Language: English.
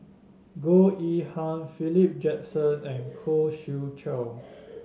Goh Yihan Philip Jackson and Khoo Swee Chiow